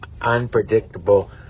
unpredictable